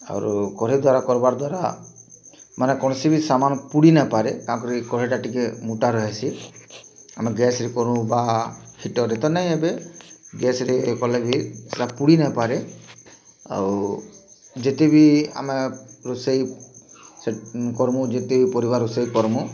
ଆରୁ କଡ଼େଇ ଦ୍ୱାରା କର୍ବା ଦ୍ୱାରା କୌଣସି ସାମାନ୍ ପୁଡ଼ି ନାଇପାରେ ଏଇଟା ଟିକେ ମୋଟା ରହେସି ଆମେ ଗ୍ୟାସ୍ରେ କରୁ ବା ହିଟର୍ରେ ନାଇ ହେବେ ଗ୍ୟାସ୍ କଲେ ବି ପୁଡ଼ି ନାଇ ପାରେ ଆଉ ଯେତେବି ଆମେ ରୋଷଇ କର୍ମୁଁ ଯେତେବି ପର୍ବା କର୍ମୁଁ